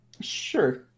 Sure